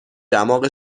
دماغ